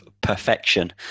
perfection